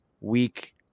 week